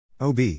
OB